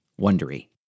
wondery